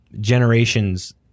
Generations